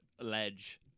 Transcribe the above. ledge